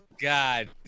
God